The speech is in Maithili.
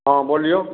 हँ बोलिऔ